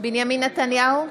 בנימין נתניהו,